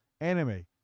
anime